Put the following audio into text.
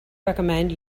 recommend